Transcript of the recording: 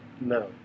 No